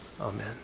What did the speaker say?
amen